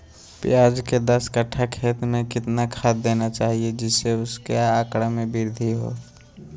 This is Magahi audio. प्याज के दस कठ्ठा खेत में कितना खाद देना चाहिए जिससे उसके आंकड़ा में वृद्धि हो?